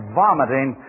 vomiting